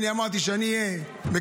אני אמרתי שאני מקווה,